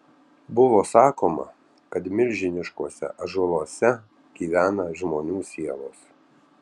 buvo sakoma kad milžiniškuose ąžuoluose gyvena žmonių sielos